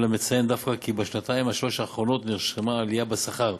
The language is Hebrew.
אלא מציין דווקא כי בשנתיים-שלוש האחרונות נרשמה עלייה בשכר.